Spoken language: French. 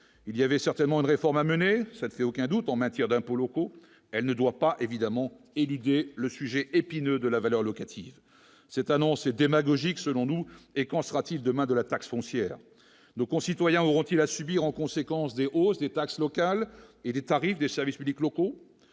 il y avait certainement une réforme à mener, ça ne fait aucun doute, en matière d'impôts locaux, elle ne doit pas évidemment éludé le sujet épineux de la valeur locative cette annonce démagogique, selon nous, et qu'en sera-t-il demain de la taxe foncière, nos concitoyens auront-ils à subir en conséquence des hausses des taxes locales et des tarifs des services publics locaux,